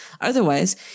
Otherwise